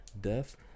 death